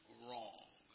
wrong